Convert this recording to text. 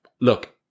look